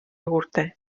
juurde